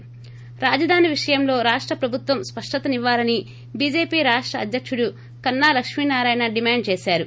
ి రాజధాని విషయంలో రాష్ట ప్రభుత్వం స్పష్టతనివ్వాలని బీజేపీ రాష్ట అధ్యకుడు కన్నా లక్ష్మీ నారాయణ డిమాండ్ చేశారు